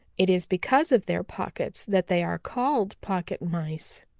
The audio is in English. it is because of their pockets that they are called pocket mice.